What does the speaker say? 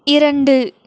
இரண்டு